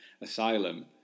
asylum